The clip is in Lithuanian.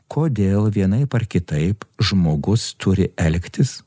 kodėl vienaip ar kitaip žmogus turi elgtis